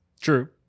True